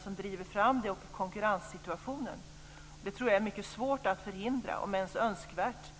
och konkurrenssituationen som driver fram detta. Det tror jag är mycket svårt att förhindra, om ens önskvärt.